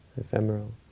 ephemeral